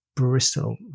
Bristol